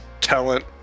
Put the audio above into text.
talent